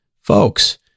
Folks